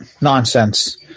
nonsense